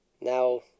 now